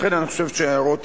לכן, אני חושב שחברי